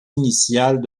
initiales